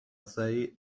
they